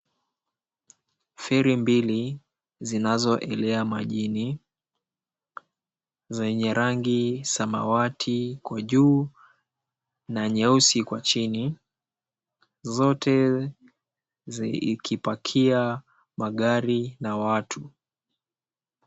Feri mbili zinazoelea majini, zenye rangi samawati kwa juu na nyeusi kwa chini, zote zikipakia magari na watu.